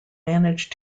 manage